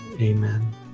amen